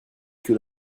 que